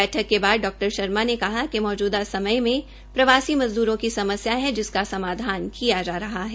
बैठ के बाद डा शर्मा ने कहा कि मौजूदा समय मे प्रवासी मज़दूरों की समस्या है जिसका समाधान किया जा रहा है